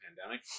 pandemic